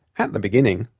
at the beginning,